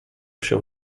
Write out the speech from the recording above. się